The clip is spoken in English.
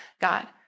God